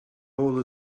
all